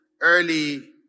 early